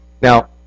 Now